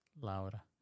Laura